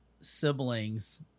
siblings